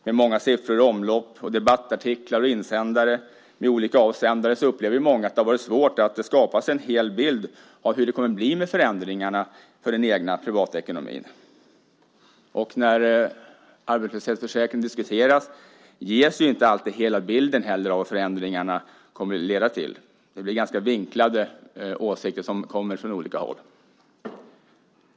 Det är många siffror i omlopp liksom debattartiklar och insändare med olika avsändare. Det gör att många upplever att det har varit svårt att skapa sig en hel bild av hur det kommer att bli med förändringarna för den egna privata ekonomin. När arbetslöshetsförsäkringen diskuteras ges inte alltid hela bilden heller av vad förändringarna kommer att leda till. Det blir ganska vinklade åsikter som kommer från olika håll.